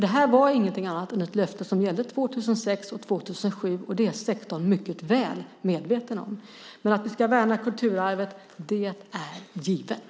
Det här var ingenting annat än ett löfte som gällde 2006 och 2007, och det är sektorn mycket väl medveten om. Men att vi ska värna kulturarvet är givet.